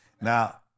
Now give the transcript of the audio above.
Now